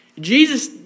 Jesus